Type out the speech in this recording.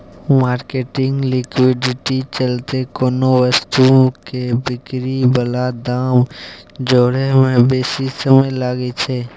marketing liquidity चलते कोनो वस्तु के बिक्री बला दाम जोड़य में बेशी समय लागइ छइ